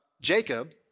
Jacob